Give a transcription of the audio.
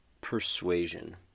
persuasion